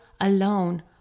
alone